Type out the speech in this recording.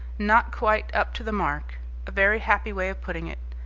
not quite up to the mark a very happy way of putting it.